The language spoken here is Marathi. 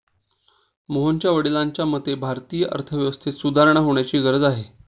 मोहनच्या वडिलांच्या मते, भारतीय अर्थव्यवस्थेत सुधारणा होण्याची गरज आहे